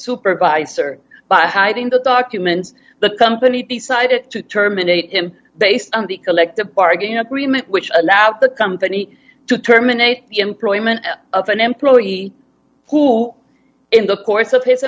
supervisor but hiding the documents the company decided to terminate him based on the collective bargaining agreement which allowed the company to terminate the employment of an employee who in the course of hi